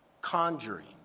conjuring